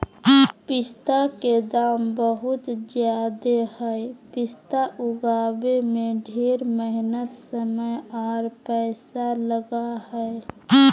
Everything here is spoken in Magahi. पिस्ता के दाम बहुत ज़्यादे हई पिस्ता उगाबे में ढेर मेहनत समय आर पैसा लगा हई